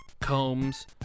combs